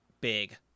big